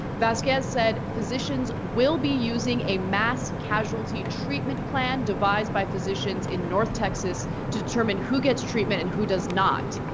vasquez said physicians will be using a mass casualty treatment plan devised by physicians in north texas to determine who gets treatment and who does not.